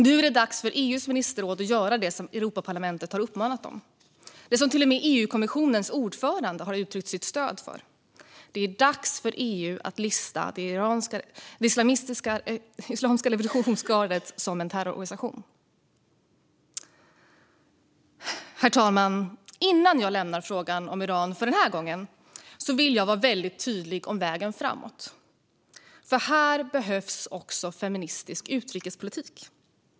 Nu är det dags för EU:s ministerråd att göra det som Europaparlamentet har uppmanat dem till, det som till och med EU-kommissionens ordförande har uttryckt sitt stöd för. Det är dags för EU att lista det islamiska revolutionsgardet som en terrororganisation. Herr talman! Innan jag lämnar frågan om Iran för den här gången vill jag vara tydlig om vägen framåt. Här behövs också en feministisk utrikespolitik.